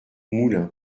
moulins